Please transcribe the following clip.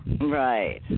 Right